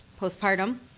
postpartum